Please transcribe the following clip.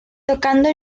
tocando